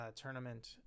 tournament